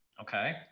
okay